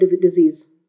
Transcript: disease